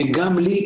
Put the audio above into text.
וגם לי,